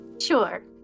Sure